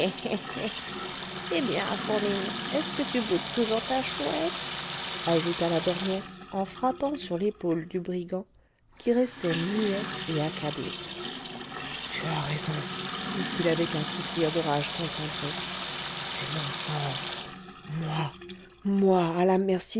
eh bien fourline est-ce que tu boudes toujours ta chouette ajouta la borgnesse en frappant sur l'épaule du brigand qui restait muet et accablé tu as raison dit-il avec un soupir de rage concentrée c'est mon sort moi moi à la merci